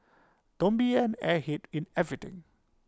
don't be an airhead in everything